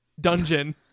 dungeon